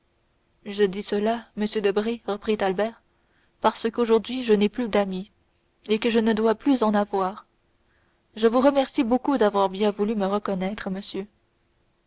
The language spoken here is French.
je dis cela monsieur debray reprit albert parce qu'aujourd'hui je n'ai plus d'amis et que je ne dois plus en avoir je vous remercie beaucoup d'avoir bien voulu me reconnaître monsieur